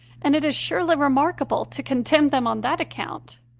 and it is surely remarkable to condemn them on that account!